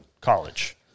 college